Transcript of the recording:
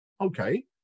Okay